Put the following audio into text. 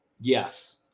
Yes